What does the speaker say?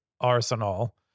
arsenal